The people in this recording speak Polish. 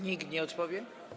Nikt nie odpowie?